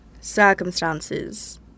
Circumstances